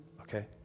Okay